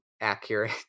accurate